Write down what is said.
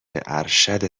ارشد